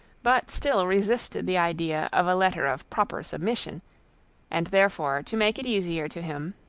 but still resisted the idea of a letter of proper submission and therefore, to make it easier to him,